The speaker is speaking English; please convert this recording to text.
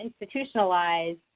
institutionalized